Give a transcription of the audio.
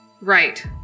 Right